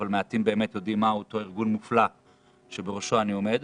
אבל מעטים באמת יודעים מה הוא אותו ארגון מופלא שבראשו אני עומד.